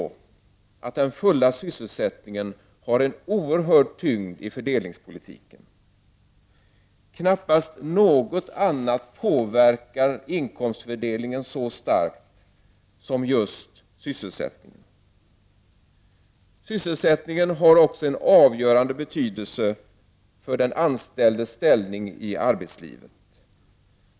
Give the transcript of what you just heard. Den fulla sysselsättningen har en oerhörd tyngd i fördelningspolitiken. Knappast något annat påverkar inkomstfördelningen så starkt som just sysselsättningen. Sysselsättningen har också en avgörande betydelse för den anställdes ställning i arbetslivet.